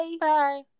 bye